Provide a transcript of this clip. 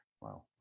wow